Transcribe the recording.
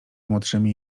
młodszymi